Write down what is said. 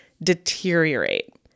Deteriorate